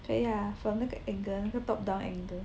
对呀 for 那个 angle 那个 top down angle